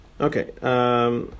Okay